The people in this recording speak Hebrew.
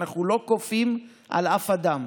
אנחנו לא כופים על אף אדם,